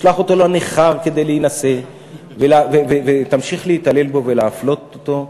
תשלח אותו לנכר כדי להינשא ותמשיך להתעלל בו ולהפלות אותו.